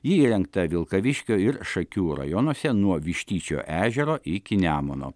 ji įrengta vilkaviškio ir šakių rajonuose nuo vištyčio ežero iki nemuno